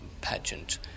pageant